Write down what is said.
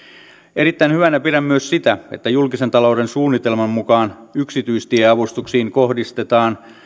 erittäin hyvänä pidän myös sitä että julkisen talouden suunnitelman mukaan yksityistieavustuksiin kohdistetaan